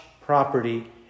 property